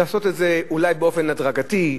לעשות את זה אולי באופן הדרגתי,